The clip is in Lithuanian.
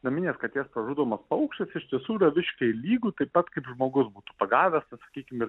naminės katės pražudomas paukštis iš tiesų yra visiškai lygu taip pat kaip žmogus būtų pagavęs vat sakykim ir